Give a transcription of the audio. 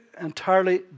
entirely